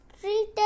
treated